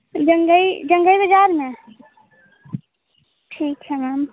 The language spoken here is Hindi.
जंगई जंगई बज़ार ना ठीक है मैम